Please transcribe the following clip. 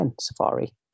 Safari